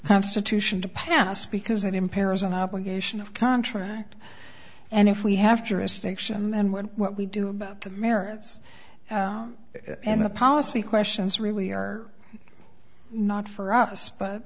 constitution to pass because it impairs an obligation of contract and if we have jurisdiction then when what we do about the merits and the policy questions really are not for us but